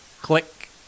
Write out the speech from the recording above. Click